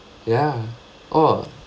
ya !wah!